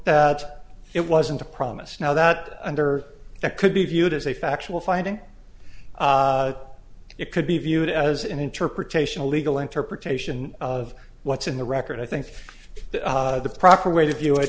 that it wasn't a promise now that under that could be viewed as a factual finding it could be viewed as an interpretation a legal interpretation of what's in the record i think the proper way to view it